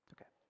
Okay